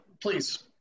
Please